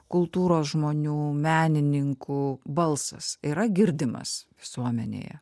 kultūros žmonių menininkų balsas yra girdimas visuomenėje